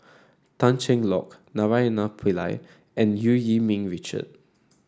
Tan Cheng Lock Naraina Pillai and Eu Yee Ming Richard